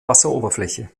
wasseroberfläche